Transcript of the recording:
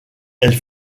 elle